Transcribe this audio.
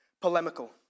polemical